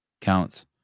counts